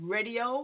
Radio